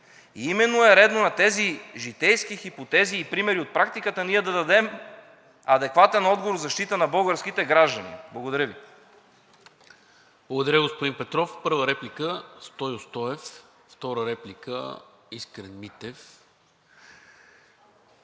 И именно е редно на тези житейски хипотези и примери от практиката ние да дадем адекватен отговор в защита на българските граждани. Благодаря Ви. ПРЕДСЕДАТЕЛ НИКОЛА МИНЧЕВ: Благодаря, господин Петров. Първа реплика – Стою Стоев, втора реплика – Искрен Митев.